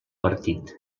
partit